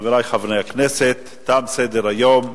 חברי חברי הכנסת, תם סדר-היום,